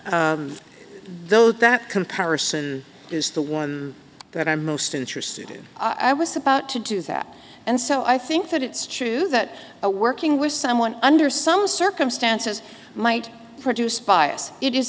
n though that comparison is the one that i'm most interested in i was about to do that and so i think that it's true that a working with someone under some circumstances might produce bias it is